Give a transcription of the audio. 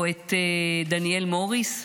או את דניאל מוריס,